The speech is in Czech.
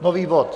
Nový bod.